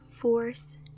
force